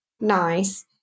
nice